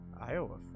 Iowa